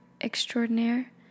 extraordinaire